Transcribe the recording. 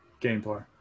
Gameplay